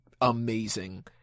amazing